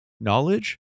knowledge